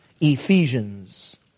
Ephesians